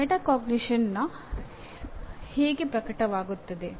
metacognition ಹೇಗೆ ಪ್ರಕಟವಾಗುತ್ತದೆ